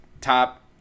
top